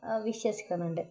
വിശ്വസിക്കുന്നുണ്ട്